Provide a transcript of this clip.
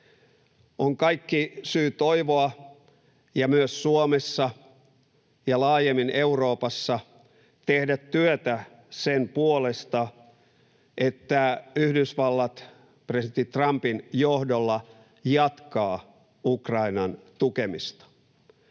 On kaikki syy toivoa, ja myös Suomessa ja laajemmin Euroopassa tehdä työtä sen puolesta, että Yhdysvallat presidentti Trumpin johdolla jatkaa Ukrainan tukemista.